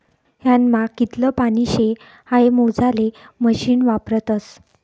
ह्यानामा कितलं पानी शे हाई मोजाले मशीन वापरतस